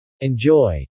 Enjoy